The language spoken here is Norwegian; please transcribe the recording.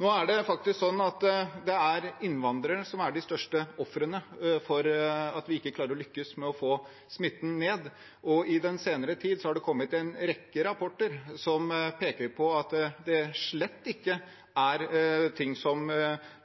Nå er faktisk innvandrerne de største ofrene for at vi ikke klarer å lykkes med å få smitten ned, og i den senere tid har det kommet en rekke rapporter som peker på at det slett ikke er slikt som